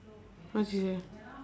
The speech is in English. what she say